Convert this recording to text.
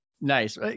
nice